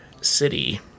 City